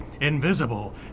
invisible